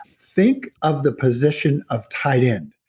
think of the position of tight end,